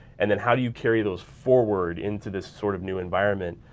and then how do you carry those forward into this sort of new environment?